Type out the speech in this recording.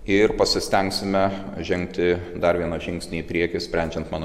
ir pasistengsime žengti dar vieną žingsnį į priekį sprendžiant mano